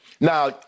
Now